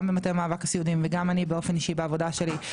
גם במטה מאבק הסיעודיים וגם אני באופן אישי בעבודה שלי,